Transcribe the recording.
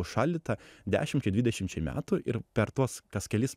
užšaldyta dešimčiai dvidešimčiai metų ir per tuos kas kelis